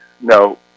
No